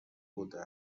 بوده